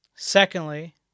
Secondly